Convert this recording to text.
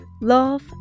love